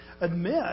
admit